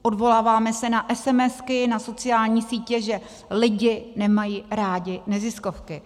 Odvoláváme se na esemesky, na sociální sítě, že lidi nemají rádi neziskovky.